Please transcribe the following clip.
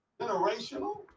generational